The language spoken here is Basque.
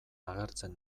agertzen